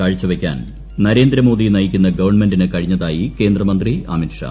കാഴ്ചവയ്ക്കാൻ നരേന്ദ്രമോദി നയിക്കുന്ന ഗവൺമെന്റിന് കഴിഞ്ഞതായി കേന്ദ്ര മന്ത്രി അമിത് ഷാ